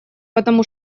потому